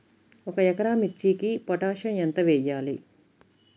ఒక ఎకరా మిర్చీకి పొటాషియం ఎంత వెయ్యాలి?